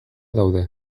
daude